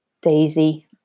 Daisy